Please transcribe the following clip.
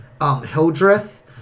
Hildreth